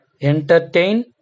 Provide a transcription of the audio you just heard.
entertain